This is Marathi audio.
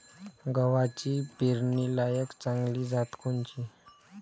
गव्हाची पेरनीलायक चांगली जात कोनची?